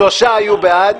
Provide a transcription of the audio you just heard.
שלושה היו בעד.